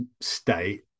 state